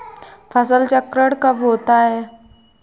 फसल चक्रण कब होता है?